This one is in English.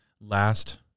last